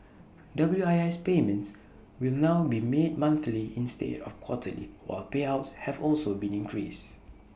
W I S payments will now be made monthly instead of quarterly while payouts have also been increased